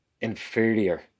inferior